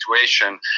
situation